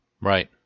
Right